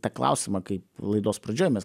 tą klausimą kai laidos pradžioj mes